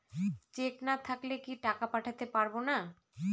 Check না থাকলে কি টাকা পাঠাতে পারবো না?